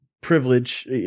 privilege